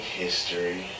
history